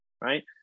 Right